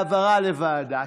להעברה לוועדה.